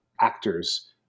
actors